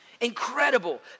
incredible